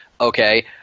Okay